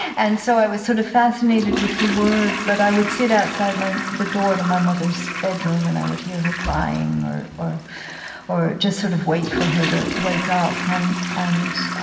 and so i was sort of fascinated with the word but i would sit outside the door to my mother's bedroom, and i would hear her crying, or or or just sort of wait for her to wake up, and and